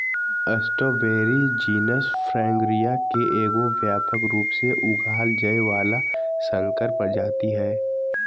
strawberry genus Fragaria के एगो व्यापक रूप से उगाल जाय वला संकर प्रजाति हइ